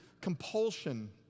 compulsion